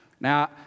Now